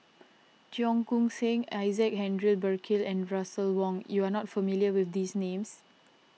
Cheong Koon Seng Isaac Henry Burkill and Russel Wong you are not familiar with these names